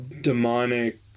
demonic